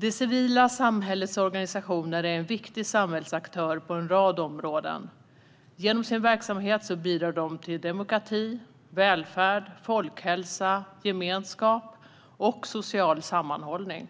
Det civila samhällets organisationer är en viktig samhällsaktör på en rad områden. Genom sin verksamhet bidrar de till demokrati, välfärd, folkhälsa, gemenskap och social sammanhållning.